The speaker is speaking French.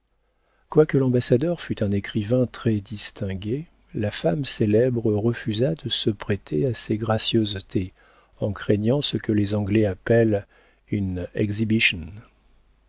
quoique l'ambassadeur fût un écrivain très distingué la femme célèbre refusa de se prêter à ses gracieusetés en craignant ce que les anglais appellent une